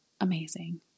amazing